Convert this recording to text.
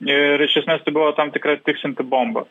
ir iš esmės tai buvo tam tikra tiksinti bomba